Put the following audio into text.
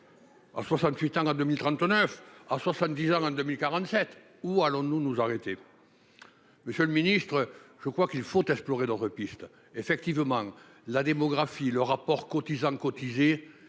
En 68 ans à 2039 à 70 ans, 22.047. Où allons-nous nous arrêter. Monsieur le ministre, je crois qu'il faut explorer d'autres pistes. Effectivement, la démographie, le rapport cotisants cotisés